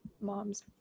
mom's